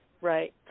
right